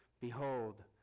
Behold